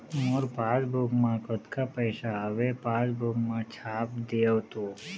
मोर passbook मा कतका पैसा हवे पासबुक मा छाप देव तो?